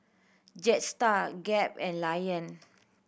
Jetstar Gap and Lion